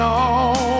on